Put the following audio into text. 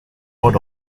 board